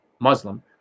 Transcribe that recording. Muslim